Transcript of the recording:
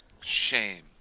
Shame